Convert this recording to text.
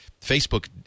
Facebook